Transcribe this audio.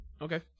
Okay